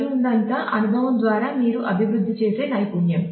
కలిగి ఉన్నదంతా అనుభవం ద్వారా మీరు అభివృద్ధి చేసే నైపుణ్యం